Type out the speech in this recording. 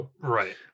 Right